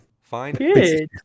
fine